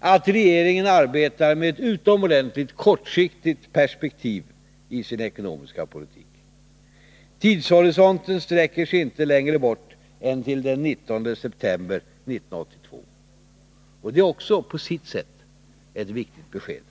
att regeringen arbetar med ett utomordentligt kortsiktigt perspektiv i sin ekonomiska politik — tidshorisonten sträcker sig inte längre bort än till den 19 september 1982. Det är också på sitt sätt ett viktigt besked.